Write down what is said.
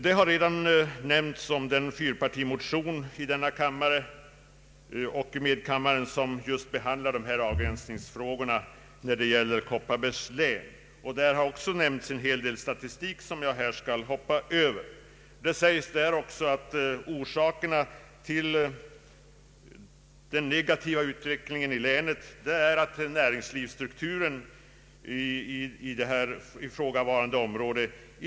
Här har redan nämnts de fyrpartimotioner avlämnade av länets samtliga riksdagsmän som behandlar denna avgränsningsfråga.